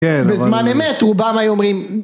בזמן אמת רובם היו אומרים